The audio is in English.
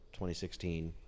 2016